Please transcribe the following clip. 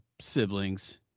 siblings